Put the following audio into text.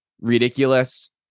ridiculous